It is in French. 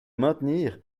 maintenir